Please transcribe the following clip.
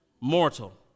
mortal